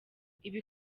ibi